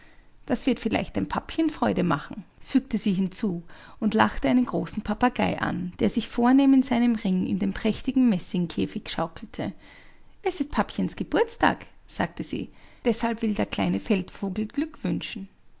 das wird vielleicht dem papchen freude machen fügte sie hinzu und lachte einen großen papagei an der sich vornehm in seinem ring in dem prächtigen messingkäfig schaukelte es ist papchens geburtstag sagte sie deshalb will der kleine feldvogel glück wünschen